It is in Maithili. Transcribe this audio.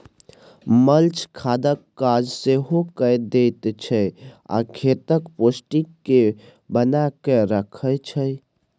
मल्च खादक काज सेहो कए दैत छै आ खेतक पौष्टिक केँ बना कय राखय छै